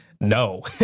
No